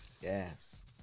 Yes